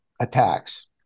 attacks